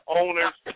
owners